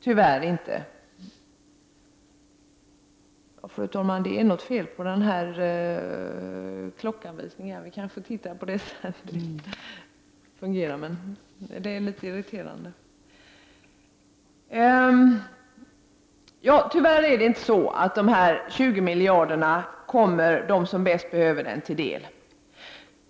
Tyvärr kommer inte dessa 20 miljarder dem som bäst behöver dem till del.